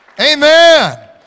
Amen